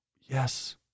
yes